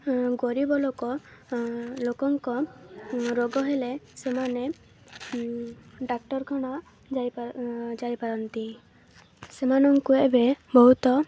ଗରିବ ଲୋକ ଲୋକଙ୍କ ରୋଗ ହେଲେ ସେମାନେ ଡାକ୍ତରଖାନା ଯାଇପାରନ୍ତି ସେମାନଙ୍କୁ ଏବେ ବହୁତ